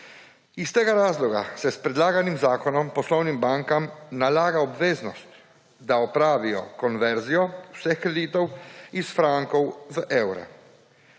Iz tega razloga se s predlaganim zakonom poslovnim bankam nalaga obveznost, da opravijo konverzijo vseh kreditov iz frankov v evre.